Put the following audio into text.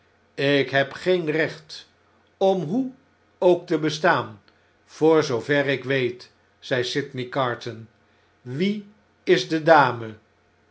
ik heb geen recht om hoe ook te bestaan voor zoover ik weet zei sydney carton wie is de dame